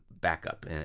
backup